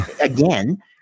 Again